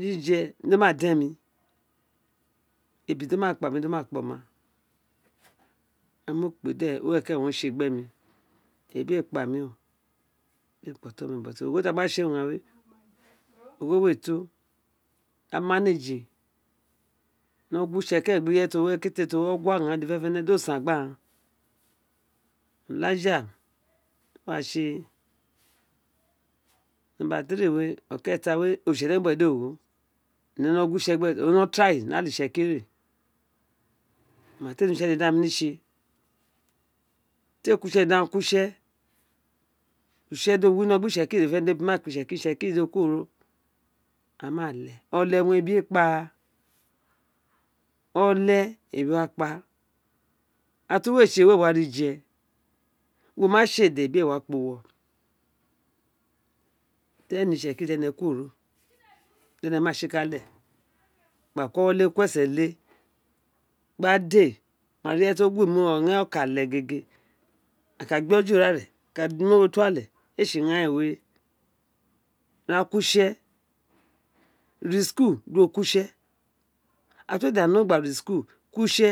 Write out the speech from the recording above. ri je dó ma den mí ebi do ma kpa mì do ma kpa oma waw ẹ mo kpé de were ó tsé gbe mí ebi ee kpa mi ó o ghó tr a gba tsi igháán ogho eê to di a do gu wõ itse gbi ireye tr ó wi ogua ghan fẹnẹfẹnẹ do san gbr aghean oa ja autwatse okééta we di oritse do gho mo no gu wo itse abe ni ale itsekera oma tr ee ni utse dede ti a ko utsé di aa ko utsẹ usé dó wi itseiri dede féneféne di ebi ma kpi itse kiri itseki rr dó kuworo ââ ma lee olé owun ebì kpa olé owun ebin um kpe ira ti uwo êê tsé we wa ri je wó ma tsé dẹ ebi êê kpa uwó te rén éné itsekiri dan kuwó dr énd má tsikale gba ko éwó lêê gba ko esen lêê gba dí êê wo ma ri ireye ti o guwó mí uwó mó ma ri oko alé gbo gbôné áká gbe ewo ri urigho tô ale ee tsí ighaan ren wê ra kó utse rí uliekó do ogho gba rí ulieko kó utsẹ.